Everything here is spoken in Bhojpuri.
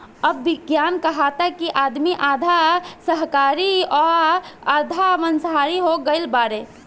अब विज्ञान कहता कि आदमी आधा शाकाहारी आ आधा माँसाहारी हो गईल बाड़े